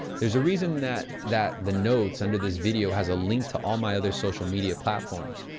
there's a reason that that the notes under this video has a link to all my other social media platforms.